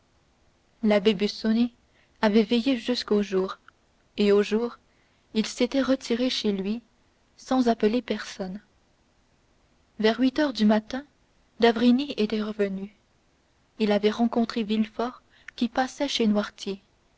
l'abbé busoni avait veillé jusqu'au jour et au jour il s'était retiré chez lui sans appeler personne vers huit heures du matin d'avrigny était revenu il avait rencontré villefort qui passait chez